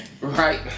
right